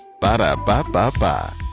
Ba-da-ba-ba-ba